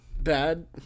bad